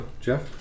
Jeff